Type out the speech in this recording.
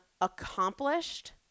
accomplished